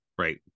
right